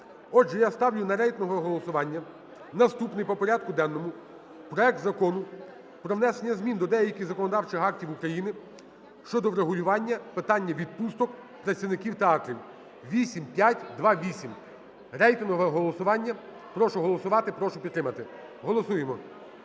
Отже, я ставлю на рейтингове голосування наступний по порядку денному проект Закону про внесення змін до деяких законодавчих актів України щодо врегулювання питання відпусток працівників театрів (8528). Рейтингове голосування. Прошу голосувати, прошу підтримати. Голосуємо.